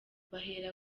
bahera